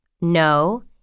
No